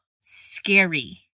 scary